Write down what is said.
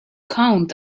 count